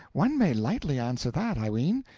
one may lightly answer that, i ween.